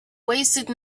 wasted